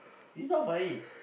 it's not funny